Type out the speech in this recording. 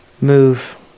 move